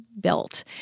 built